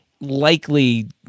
likely